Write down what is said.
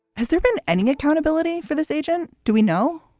has there been any accountability for this agent? do we know?